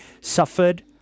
suffered